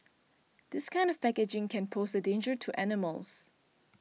this kind of packaging can pose a danger to animals